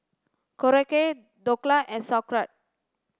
Korokke Dhokla and Sauerkraut